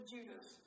Judas